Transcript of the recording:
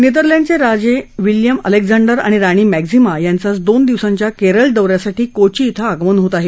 नेदरलँडचे राजे William Alexander आणि राणी मक्कीमा यांचं आज दोन दिवसाच्या केरळ दौऱ्यासाठी कोची शिं आगमन होत आहे